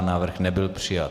Návrh nebyl přijat.